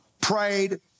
prayed